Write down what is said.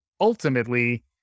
ultimately